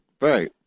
Right